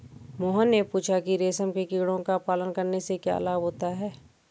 मोहन ने पूछा कि रेशम के कीड़ों का पालन करने से क्या लाभ होता है?